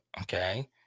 Okay